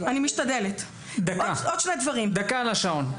דקה על השעון.